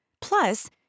Plus